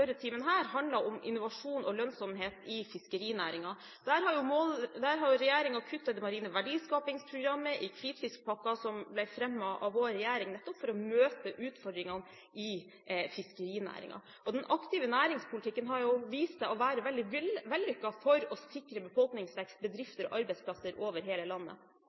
om innovasjon og lønnsomhet i fiskerinæringen. Regjeringen har kuttet det marine verdiskapingsprogrammet og hvitfiskpakken, som ble fremmet av vår regjering nettopp for å møte utfordringene i fiskerinæringen. Den aktive næringspolitikken har vist seg å være veldig vellykket for å sikre befolkningsvekst, bedrifter og arbeidsplasser over hele landet.